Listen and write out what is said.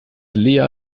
lea